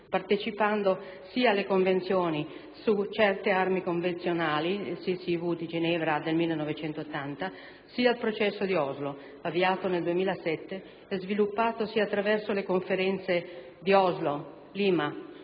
partecipando sia alla Convenzione su «Certe Armi Convenzionali (CCW)» di Ginevra del 1980, sia al "Processo di Oslo" avviato nel 2007 e sviluppatosi attraverso le Conferenze di Oslo, Lima,